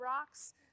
rocks